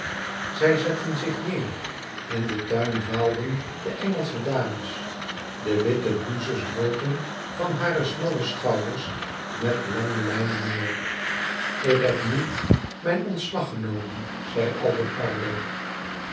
zij zetten zich neer in den tuin dwaalden de engelsche dames de witte blouses dropen van hare smalle schouders met lange lijnen neer ik heb nu mijn ontslag genomen zei aldo ardo